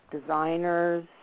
designers